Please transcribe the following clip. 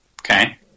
Okay